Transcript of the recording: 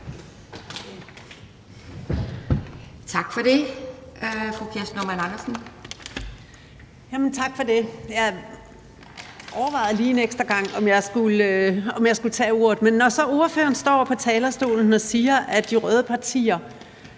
Tak for det.